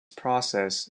process